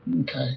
Okay